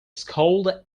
scowled